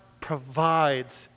provides